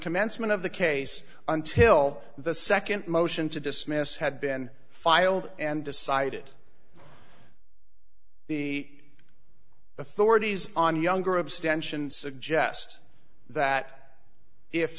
commencement of the case until the nd motion to dismiss had been filed and decided the authorities on younger abstention suggest that if